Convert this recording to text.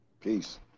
Peace